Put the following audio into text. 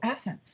essence